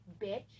Bitch